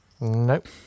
Nope